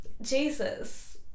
Jesus